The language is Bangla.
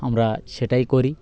আমরা সেটাই করি